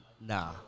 nah